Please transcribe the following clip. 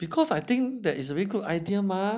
because I think that is really good idea mah